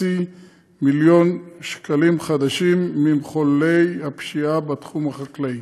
מיליון ש"ח ממחוללי פשיעה בתחום החקלאי.